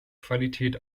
qualität